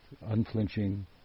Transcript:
unflinching